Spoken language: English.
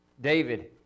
David